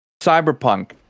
Cyberpunk